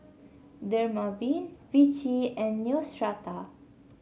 Dermaveen Vichy and Neostrata